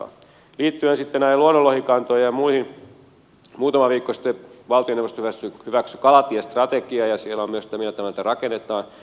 muutama viikko sitten valtioneuvosto hyväksyi kalatiestrategian ja siellä on myös se millä tavalla niitä rakennetaan